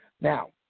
Now